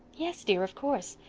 yes, dear, of course.